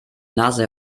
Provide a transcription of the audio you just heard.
nase